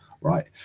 right